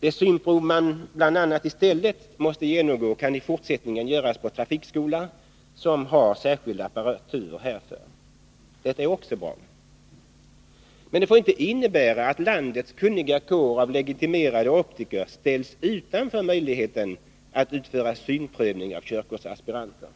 Det synprov man bl.a. i stället måste genomgå kan i fortsättningen göras på trafikskola, som har särskild apparatur härför. Detta är också bra. Men det får inte innebära att landets kunniga kår av legitimerade optiker ställs utanför möjligheten att utföra synprövning av körkortsaspiranter.